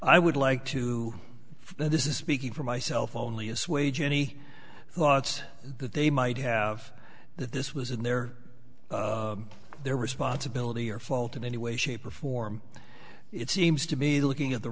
i would like to know this is speaking for myself only assuage any thoughts that they might have that this was in their their responsibility or fault in any way shape or form it seems to me looking at the